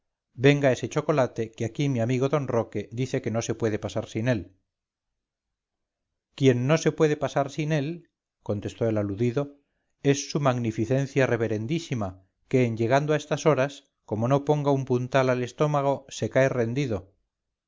venga ese chocolate que aquí mi amigo d roque dice que no se puede pasar sin él quien no se puede pasar sin él contestó el aludido es su magnificencia reverendísima que en llegando a estas horas como no ponga un puntal al estómago se cae rendido